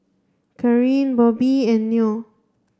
Corrie Bobbi and Noe